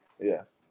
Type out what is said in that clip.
yes